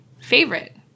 favorite